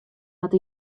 moat